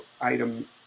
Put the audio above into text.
item